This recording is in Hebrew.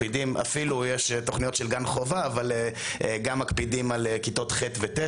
אפילו יש תוכניות של גן חובה אבל גם מקפידים על כיתות ח' ו-ט'